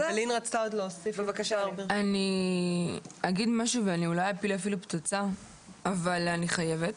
אני אגיד משהו ואולי אפילו אפיל פצצה אבל אני חייבת.